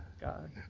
God